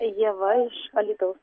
ieva iš alytau